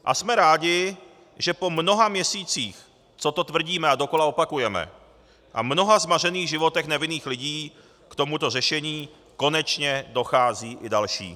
A jsme rádi, že po mnoha měsících, co to tvrdíme a dokola opakujeme, a mnoha zmařených životech nevinných lidí, k tomuto řešení konečně docházejí i další.